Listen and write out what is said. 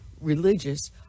religious